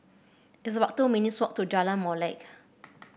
it's about two minutes' walk to Jalan Molek